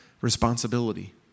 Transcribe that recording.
responsibility